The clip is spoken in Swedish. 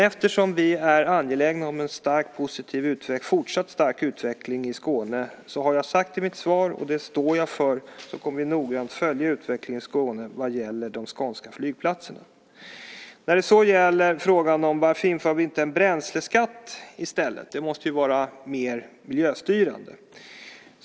Eftersom vi är angelägna om en fortsatt stark utveckling i Skåne kommer vi dock - det har jag sagt i mitt svar, och det står jag för - att noggrant följa utvecklingen i Skåne vad gäller de skånska flygplatserna. Sedan var frågan varför vi inte inför en bränsleskatt i stället. Det måste ju vara mer miljöstyrande.